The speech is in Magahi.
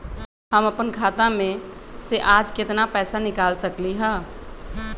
हम अपन खाता में से आज केतना पैसा निकाल सकलि ह?